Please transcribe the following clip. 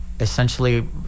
essentially